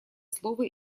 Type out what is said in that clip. слово